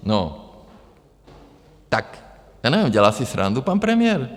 No, tak já nevím dělá si srandu pan premiér?